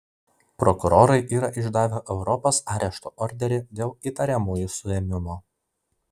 prokurorai yra išdavę europos arešto orderį dėl įtariamųjų suėmimo